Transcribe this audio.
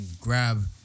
grab